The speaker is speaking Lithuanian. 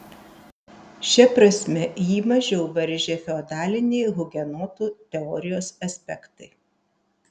šia prasme jį mažiau varžė feodaliniai hugenotų teorijos aspektai